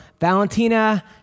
Valentina